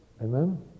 Amen